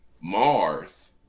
Mars